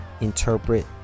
interpret